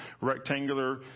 rectangular